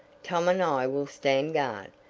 tom and i will stand guard.